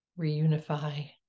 reunify